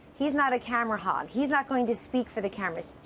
he's not a camera hog, he's not going to speak for the camera.